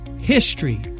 HISTORY